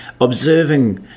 observing